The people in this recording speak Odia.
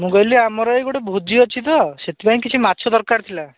ମୁଁ କହିଲି ଆମର ଏଇ ଗୋଟେ ଭୋଜି ଅଛି ତ ସେଥିପାଇଁ କିଛି ମାଛ ଦରକାର ଥିଲା